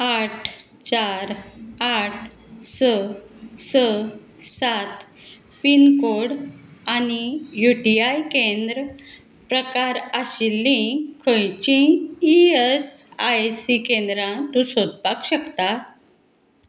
आठ चार आठ स स सात पिनकोड आनी यू टी आय केंद्र प्रकार आशिल्लीं खंयचीं ई एस आय सी केंद्रां तूं सोदपाक शकता